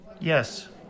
Yes